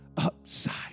upside